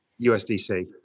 USDC